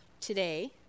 today